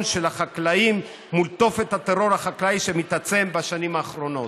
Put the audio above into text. של החקלאים מול תופת הטרור החקלאי שמתעצם בשנים האחרונות.